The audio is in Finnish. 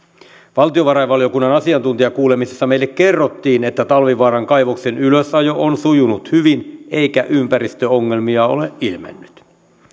valtiovarainvaliokunnan asiantuntijakuulemisissa meille kerrottiin että talvivaaran kaivoksen ylösajo on sujunut hyvin eikä ympäristöongelmia ole ilmennyt